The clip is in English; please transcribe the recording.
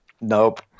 Nope